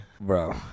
Bro